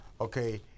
Okay